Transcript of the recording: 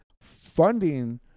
funding